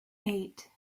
eight